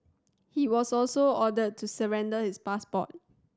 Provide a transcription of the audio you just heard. he was also ordered to surrender his passport